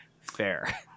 Fair